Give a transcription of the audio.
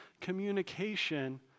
communication